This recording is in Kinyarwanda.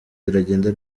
ziragenda